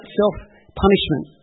self-punishment